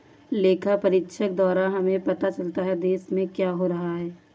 लेखा परीक्षक द्वारा हमें पता चलता हैं, देश में क्या हो रहा हैं?